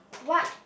what